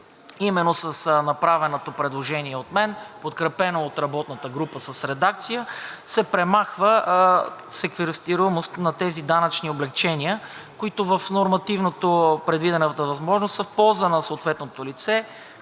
С направеното предложение от мен, подкрепено от работната група с редакция, се премахва секвестируемост на тези данъчни облекчения, които в нормативно предвидената възможност са в полза на съответното лице,